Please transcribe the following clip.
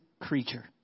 creature